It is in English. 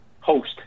host